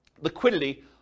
liquidity